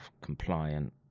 compliant